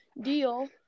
deal